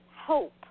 hope